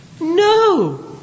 No